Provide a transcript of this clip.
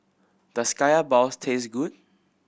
does Kaya balls taste good